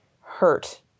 hurt